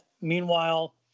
Meanwhile